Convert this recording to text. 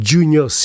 Junior